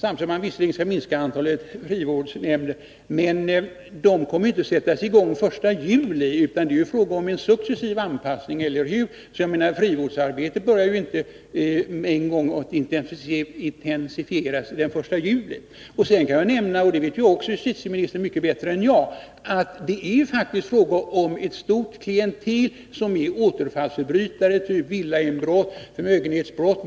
Herr talman! Ja, det gör det, samtidigt som antalet frivårdsnämnder skall minska. Men dessa förstärkningar kommer inte att sättas in förrän efter den 1 juli. Det är fråga om en successiv anpassning — eller hur? Frivårdsarbetet börjar ju inte intensifieras med en gång den 1 juli. Jag kan vidare nämna — och det vet justitieministern mycket bättre än jag — att det faktiskt är fråga om ett omfattande klientel av återfallsförbrytare när det gäller villainbrott och förmögenhetsbrott.